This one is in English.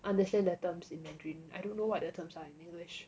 understand their terms in mandarin I don't know what the terms are in english